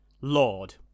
lord